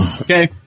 Okay